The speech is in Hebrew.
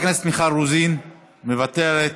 חברת הכנסת מיכל רוזין, מוותרת,